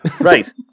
Right